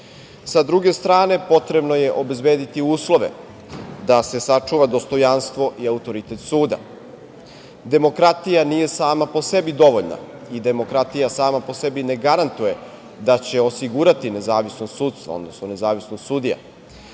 Sa druge strane, potrebno je obezbediti uslove da se sačuva dostojanstvo i autoritet suda. Demokratija nije sama po sebi dovoljna i demokratija sama po sebi ne garantuje da će osigurati nezavisnost sudstva, odnosno nezavisnost sudija.